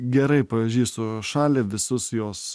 gerai pažįstu šalį visus jos